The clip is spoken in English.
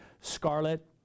scarlet